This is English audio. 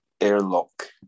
airlock